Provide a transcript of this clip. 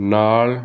ਨਾਲ